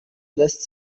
lässt